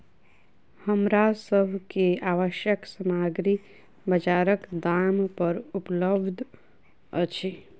हमरा सभ के आवश्यक सामग्री बजारक दाम पर उपलबध अछि